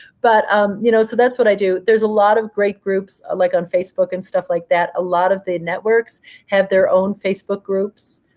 but um you know so that's what i do. there's a lot of great groups, ah like on facebook and stuff like that. a lot of the networks have their own facebook groups.